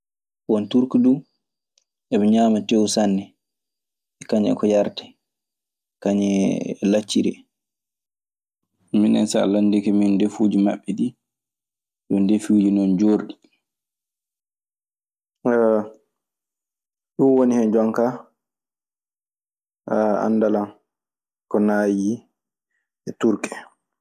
Bon, turk duu, eɓe ñaama teew sanne kañun e ko yaretee, kañun e lacciri en. Minen so landike min ndefuuji maɓɓe ɗii. Ɗun ndefuuji non joorɗi. Ayo, ɗun woni hen jonka anndal an ko naayi e Turki en.